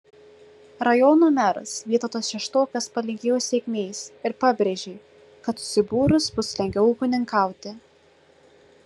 rajono meras vytautas šeštokas palinkėjo sėkmės ir pabrėžė kad susibūrus bus lengviau ūkininkauti